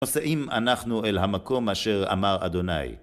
נוסעים אנחנו אל המקום אשר אמר אדוני.